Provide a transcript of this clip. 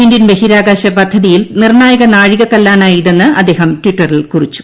Indian ബഹിരാകാശ പദ്ധതിയിൽ നിർണായക നാഴികക്കല്ലാണ് ഇതെന്ന് അദ്ദേഹം ടിറ്ററിൽ കുറിച്ചു